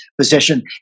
position